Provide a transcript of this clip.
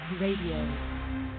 Radio